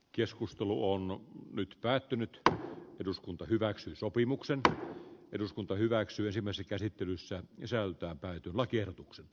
keskustelu on nyt päättynyt eduskunta hyväksyi sopimuksen eduskunta hyväksyisimme sen käsittelyssä jysäyttää täyty lakiehdotukset